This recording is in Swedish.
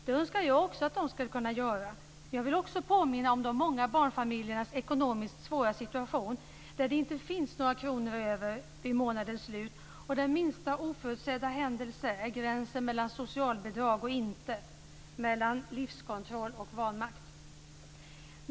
Det önskar jag också att de skall kunna göra, men jag vill också påminna om de många barnfamiljernas ekonomiskt svåra situation där det inte finns några kronor över vid månadens slut och där minsta oförutsedda händelse innebär gränsen mellan socialbidrag och inte, mellan livskontroll och vanmakt.